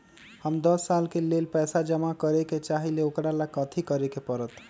हम दस साल के लेल पैसा जमा करे के चाहईले, ओकरा ला कथि करे के परत?